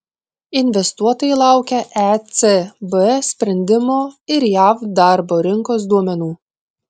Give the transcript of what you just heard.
investuotojai laukia ecb sprendimo ir jav darbo rinkos duomenų